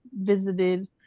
visited